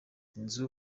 inzu